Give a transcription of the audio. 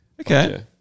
Okay